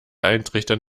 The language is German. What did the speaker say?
eintrichtern